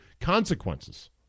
consequences